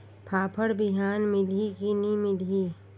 फाफण बिहान मिलही की नी मिलही?